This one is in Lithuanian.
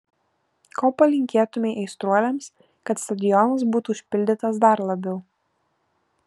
ko palinkėtumei aistruoliams kad stadionas būtų užpildytas dar labiau